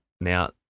Now